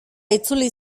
itzuli